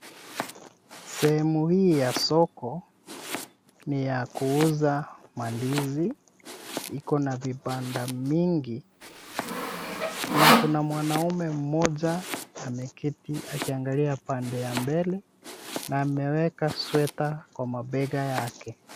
Sehemu hii ya soko ni ya kuuza mandizi, iko na vibanda mingi na kuna mwanaume mmoja ameketi akiangalia pande ya mbele na ameweka sweater kwa mabega yake.